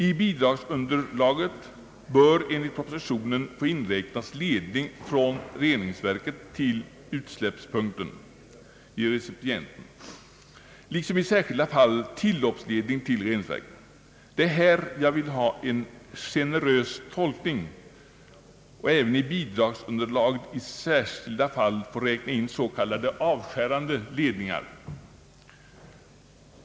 I bidragsunderlaget bör enligt propositionen få inräknas ledning från reningsverket till utsläppspunkten liksom i särskilda fall tilloppsledning till reningsverket. Det är här jag vill ha en generös tolkning och även i bidragsunderlaget i särskilda fall få räkna in s.k. avskärande ledningar.